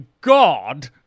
god